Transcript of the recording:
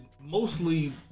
mostly